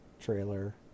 trailer